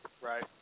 Right